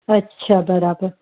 अछा बराबरु